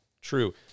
True